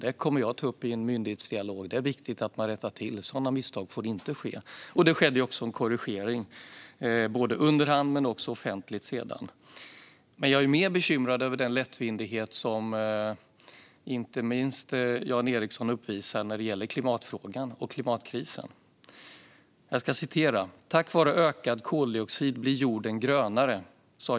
Det kommer jag att ta upp i en myndighetsdialog. Det är viktigt att man rättar till detta; sådana misstag får inte ske. Det skedde också en korrigering, både under hand och sedan offentligt. Jag är mer bekymrad över den lättvindighet som inte minst Jan Ericson uppvisar när det gäller klimatfrågan och klimatkrisen. Jag ska citera Jan Ericson: "Tack vare ökad koldioxid blir jorden grönare.